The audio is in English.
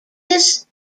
this